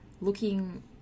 looking